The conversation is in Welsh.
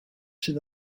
sydd